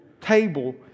table